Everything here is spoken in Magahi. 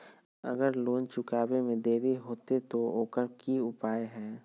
अगर लोन चुकावे में देरी होते तो ओकर की उपाय है?